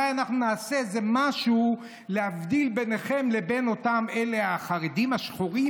אולי נעשה איזה משהו להבדיל ביניכם לבין אותם אלה החרדים השחורים,